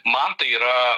man tai yra